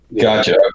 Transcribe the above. Gotcha